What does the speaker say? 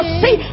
see